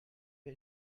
wir